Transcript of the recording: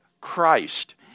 Christ